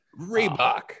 Reebok